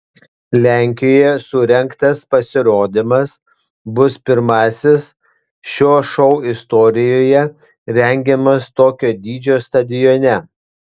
lenkijoje surengtas pasirodymas bus pirmasis šio šou istorijoje rengiamas tokio dydžio stadione